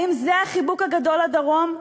האם זה החיבוק הגדול לדרום,